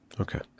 Okay